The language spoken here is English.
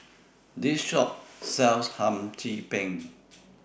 This Shop sells Hum Chim Peng